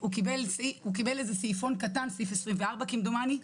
הוא קיבל איזה סעיפון קטן, סעיף 24 כמדומני.